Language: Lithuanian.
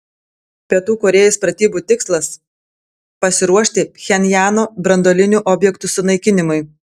pietų korėjos pratybų tikslas pasiruošti pchenjano branduolinių objektų sunaikinimui